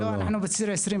לא, אנחנו בציר 25